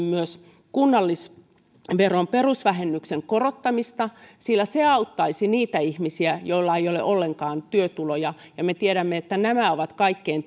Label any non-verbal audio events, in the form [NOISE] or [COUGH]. [UNINTELLIGIBLE] myös kunnallisveron perusvähennyksen korottamista se auttaisi niitä ihmisiä joilla ei ole ollenkaan työtuloja me tiedämme että nämä ovat kaikkein [UNINTELLIGIBLE]